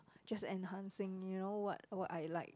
just enhancing you know what what I like